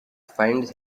finds